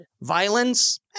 Violence